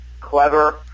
clever